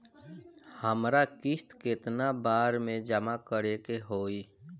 हमरा किस्त केतना बार में जमा करे के होई?